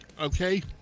okay